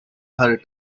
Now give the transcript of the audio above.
her